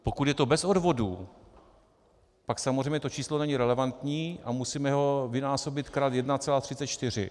Pokud je to bez odvodů, pak samozřejmě to číslo není relevantní a musíme ho vynásobit krát 1,34.